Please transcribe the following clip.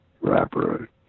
wrapper